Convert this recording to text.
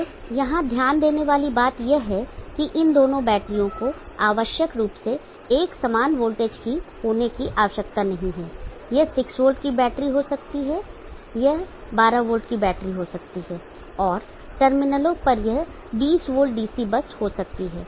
अब यहाँ ध्यान देने वाली बात यह है कि इन दोनों बैटरियों को आवश्यक रूप से एक समान वोल्टेज की होने की आवश्यकता नहीं है यह 6 वोल्ट की बैटरी हो सकती है यह 12 वोल्ट की बैटरी हो सकती है और टर्मिनलों पर यह 20 वोल्ट DC बस हो सकती है